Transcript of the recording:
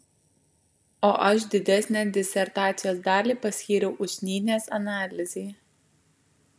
o aš didesnę disertacijos dalį paskyriau usnynės analizei